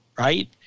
right